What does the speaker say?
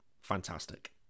fantastic